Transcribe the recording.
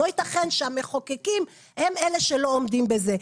לא יתכן שהמחוקקים הם אלה שלא עומדים בזה.